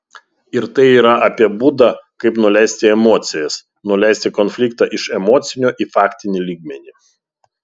ir tai yra apie būdą kaip nuleisti emocijas nuleisti konfliktą iš emocinio į faktinį lygmenį